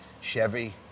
Chevy